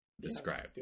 describe